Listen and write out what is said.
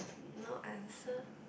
no answer